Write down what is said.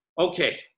Okay